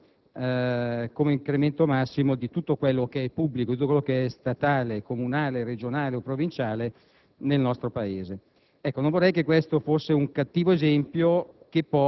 la Casa delle Libertà aveva indicato come incremento massimo di tutto quello che è pubblico, statale, comunale, regionale o provinciale nel nostro Paese.